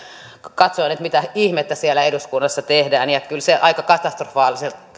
katsoin että mitä ihmettä siellä eduskunnassa tehdään kyllä se aika katastrofaaliselta